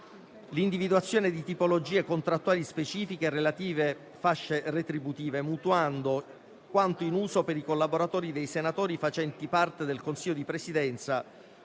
l'individuazione di tipologie contrattuali specifiche e relative fasce retributive, mutuando quanto in uso per i collaboratori dei senatori facenti parte del Consiglio di Presidenza